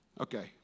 Okay